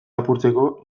apurtzeko